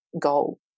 goal